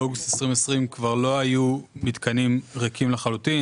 באוגוסט 2020 כבר לא היו מתקנים ריקים לחלוטין,